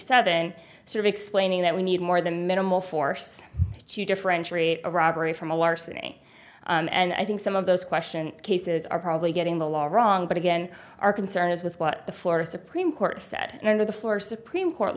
seven sort of explaining that we need more the minimal force to differentiate a robbery from a larceny and i think some of those question cases are probably getting the law wrong but again our concern is with what the florida supreme court said or the florida supreme court